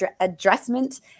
addressment